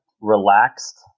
relaxed